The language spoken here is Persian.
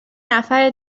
نفر